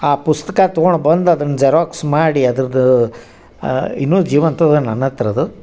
ಆ ಪುಸ್ತಕ ತಗೊಂಡು ಬಂದು ಅದನ್ನ ಜೆರಾಕ್ಸ್ ಮಾಡಿ ಅದರದ್ದು ಇನ್ನು ಜೀವಂತ ಅದ ನನ್ನ ಹತ್ರ ಅದು